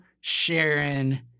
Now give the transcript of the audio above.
Sharon